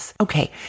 Okay